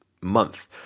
month